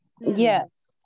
yes